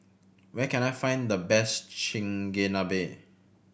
where can I find the best Chigenabe